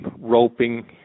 roping